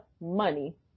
money